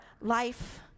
life